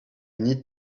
need